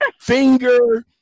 finger